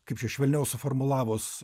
kaip čia švelniau suformulavus